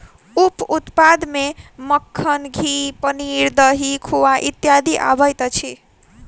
उप उत्पाद मे मक्खन, घी, पनीर, दही, खोआ इत्यादि अबैत अछि